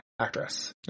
actress